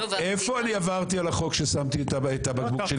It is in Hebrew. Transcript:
איפה אני עברתי על החוק כששמתי את הבקבוק שלי בפח?